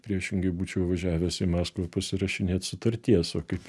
priešingai būčiau važiavęs į maskvą pasirašinėt sutarties o kaip